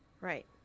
Right